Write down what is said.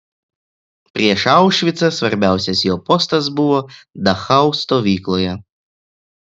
prieš aušvicą svarbiausias jo postas buvo dachau stovykloje